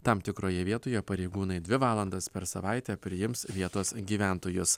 tam tikroje vietoje pareigūnai dvi valandas per savaitę priims vietos gyventojus